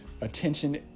attention